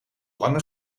lange